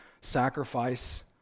sacrifice